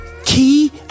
key